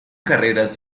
carreras